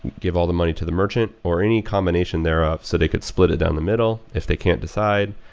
give all the money to the merchant or any combination thereof, so they could split it down the middle if they can't decide.